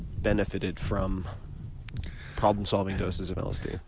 benefited from problem solving doses of lsd?